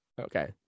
Okay